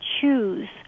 choose